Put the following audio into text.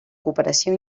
cooperació